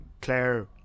Claire